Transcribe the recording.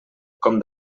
com